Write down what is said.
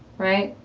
right?